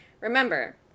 remember